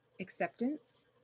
acceptance